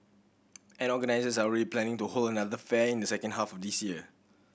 and organisers are already planning to hold another fair in the second half of this year